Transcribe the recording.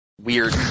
weird